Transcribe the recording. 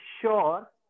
sure